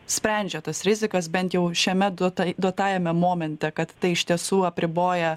sprendžia tas rizikas bent jau šiame duota duotajame momente kad tai iš tiesų apriboja